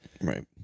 right